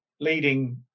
leading